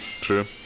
True